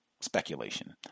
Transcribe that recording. Speculation